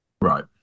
Right